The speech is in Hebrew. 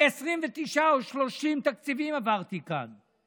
29 או 30 תקציבים עברתי כאן.